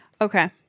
Okay